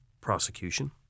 prosecution